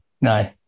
No